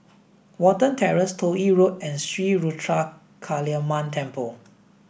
Watten Terrace Toh Yi Road and Sri Ruthra Kaliamman Temple